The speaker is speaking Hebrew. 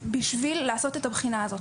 מהותי בשביל לעשות את הבחינה הזאת.